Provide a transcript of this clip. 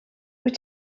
wyt